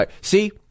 See